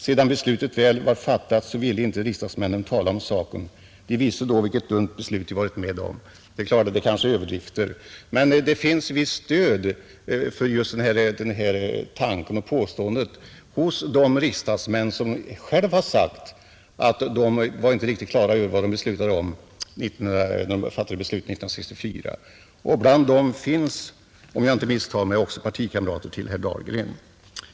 Sedan beslutet väl är fattat så ville inte riksdagsmännen tala om saken — de visste då vilket dumt beslut de varit med om.” Detta är kanske överdrifter, men det finns visst stöd för just den här tanken och för det här påståendet hos de riksdagsmän som själva har sagt att de inte var riktigt klara över vad de fattade beslut om. Bland dem finns, om jag inte misstar mig, också partikamrater till herr Dahlgren.